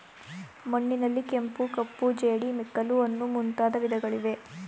ಮಣ್ಣಿನಲ್ಲಿ ಕೆಂಪು, ಕಪ್ಪು, ಜೇಡಿ, ಮೆಕ್ಕಲು ಅನ್ನೂ ಮುಂದಾದ ವಿಧಗಳಿವೆ